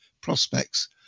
prospects